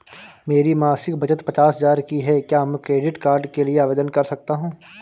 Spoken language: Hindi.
मेरी मासिक बचत पचास हजार की है क्या मैं क्रेडिट कार्ड के लिए आवेदन कर सकता हूँ?